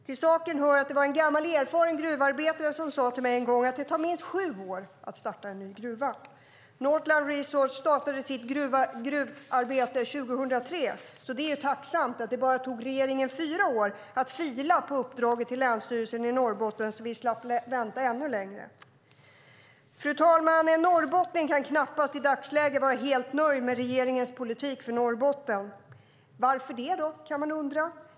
Till saken hör att en gammal erfaren gruvarbetare sade till mig en gång att det tar minst sju år att starta en ny gruva. Northland Resources startade sitt gruvarbete 2003. Det är tacknämligt att det bara tog regeringen fyra år att fila på uppdraget till Länsstyrelsen i Norrbottens län, så att vi slapp vänta ännu längre. Fru talman! En norrbottning kan i dagsläget knappast vara helt nöjd med regeringens politik för Norrbotten. Varför det? kan man undra.